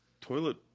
toilet